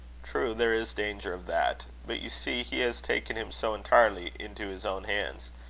true, there is danger of that. but you see he has taken him so entirely into his own hands.